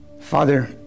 Father